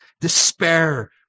despair